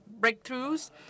breakthroughs